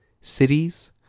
Cities